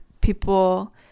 people